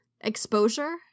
exposure